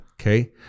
Okay